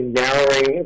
narrowing